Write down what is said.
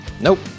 Nope